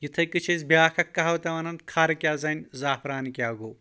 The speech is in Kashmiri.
یِتھے کٔنۍ چھِ أسۍ بیٛاکھ اکھ کہاوتاہ وَنان خر کِیٚاہ زَانہِ زَیفران کِیٚاہ گوٚو